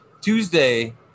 Tuesday